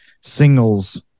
singles